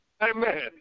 Amen